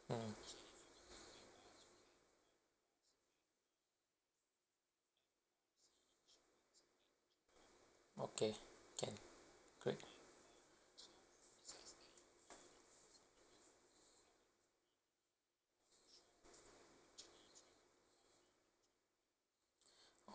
mm okay can good